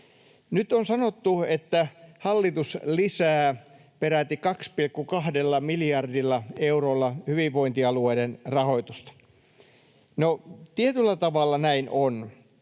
Nyt on sanottu, että hallitus lisää peräti 2,2 miljardilla eurolla hyvinvointialueiden rahoitusta. No, tietyllä tavalla näin on.